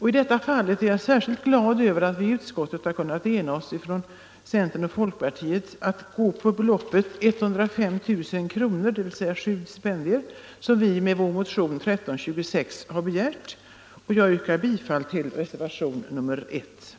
Jag är glad över att vpk:s, centerns och folkpartiets representanter i utskottet har kunnat ena sig om att föreslå en anslagshöjning med 105 000 kr., dvs. sju stipendier, vilket vi har begärt i vår motion 1326. Jag yrkar bifall till reservationen 1.